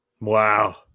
Wow